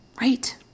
Right